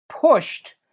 pushed